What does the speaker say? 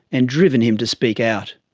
and driven him to speak out.